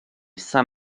saint